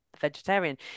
vegetarian